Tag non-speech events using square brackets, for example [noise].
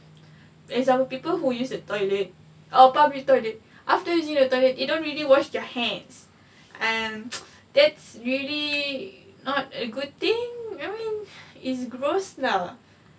example people who use the toilet our public toilet after using the toilet you don't really wash their hands and [noise] that's really not a good thing I mean it's gross lah